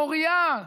מוריה,